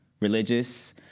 religious